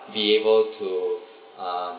be able to um